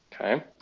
Okay